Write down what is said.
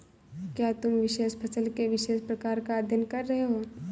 क्या तुम विशेष फसल के विशेष प्रकार का अध्ययन कर रहे हो?